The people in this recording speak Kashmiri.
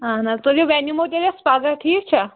اہن حظ تُلِو وۅنۍ نِمو تیٚلہِ ٲسۍ پگاہ ٹھیٖک چھا